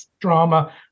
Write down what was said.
drama